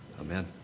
amen